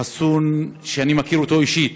חסון, שאני מכיר אישית,